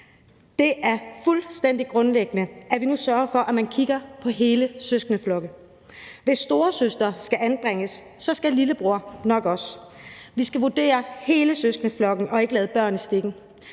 Det er fuldstændig grundlæggende, at vi nu sørger for, at man kigger på hele søskendeflokke. Hvis storesøster skal anbringes, skal lillebror nok også. Vi skal vurdere hele søskendeflokken og ikke lade børn i stikken.